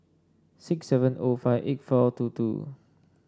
six seven O five eight four two two